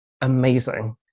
amazing